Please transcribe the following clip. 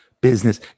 business